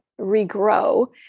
regrow